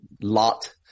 Lot